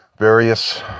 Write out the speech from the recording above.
various